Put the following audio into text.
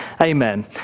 Amen